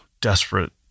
desperate